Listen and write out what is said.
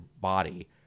body